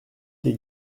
des